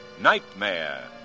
Nightmare